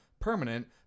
permanent